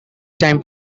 time